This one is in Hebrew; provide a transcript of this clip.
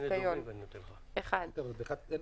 ברשותך,